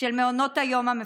של מעונות היום המפוקחים.